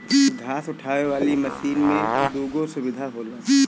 घास उठावे वाली मशीन में दूगो सुविधा होला